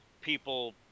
people